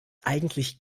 eigentlich